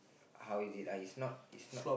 how is it ah is not is not